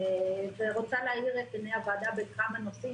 ורוצה להאיר את עיני הוועדה בכמה נושאים,